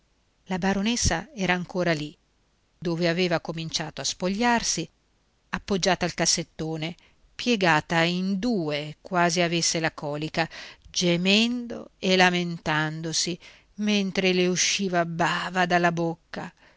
la baronessa era ancora lì dove aveva cominciato a spogliarsi appoggiata al cassettone piegata in due quasi avesse la colica gemendo e lamentandosi mentre le usciva bava dalla bocca